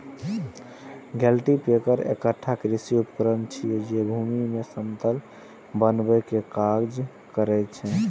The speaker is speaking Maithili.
कल्टीपैकर एकटा कृषि उपकरण छियै, जे भूमि कें समतल बनबै के काज करै छै